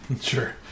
sure